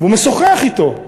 והוא משוחח אתו,